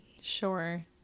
sure